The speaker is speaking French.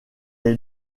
est